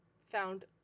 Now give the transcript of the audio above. found